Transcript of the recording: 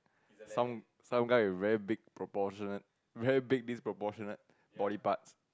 some some guy very big proportionate very big this proportionate right only parts